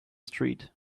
street